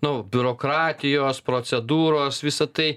nu biurokratijos procedūros visa tai